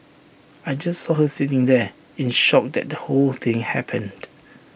I just saw her sitting there in shock that the whole thing happened